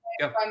Go